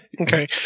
okay